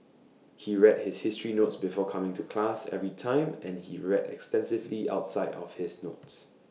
he read his history notes before coming to class every time and he read extensively outside of his notes